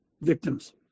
victims